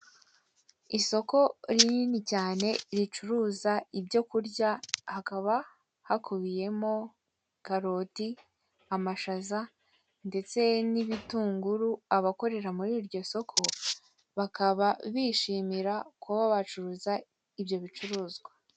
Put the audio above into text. Isoko rinini cyane ricuruza ibyo kurya hakaba kakubiyemo karoti, amashaza ndetse n'ibitunguru abakorera muri iryo soko bakaba bishimira kuba bacuruza ibyo bicuruzwa.